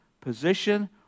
position